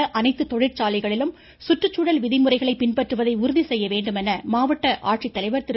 மாவட்டத்தில் உள்ள அனைத்து தொழிற்சாலைகளிலும் சுற்று நாகை சூழல்விதிமுறைகளை பின்பற்றுவதை உறுதி செய்ய வேண்டும் என மாவட்ட ஆட்சித்தலைவர் திரு